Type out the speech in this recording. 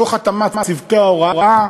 תוך התאמת צוותי ההוראה,